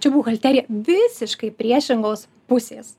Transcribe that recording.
čia buhalterija visiškai priešingos pusės